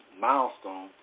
Milestone